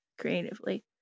creatively